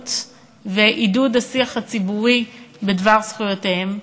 המודעות ועידוד השיח הציבורי בדבר זכויותיהם.